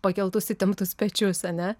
pakeltus įtemptus pečius ar ne